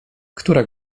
która